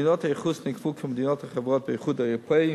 מדינות הייחוס נקבעו כמדינות החברות באיחוד האירופי: